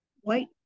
white